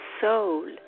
soul